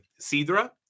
sidra